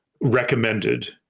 recommended